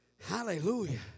Hallelujah